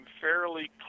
fairly